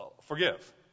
forgive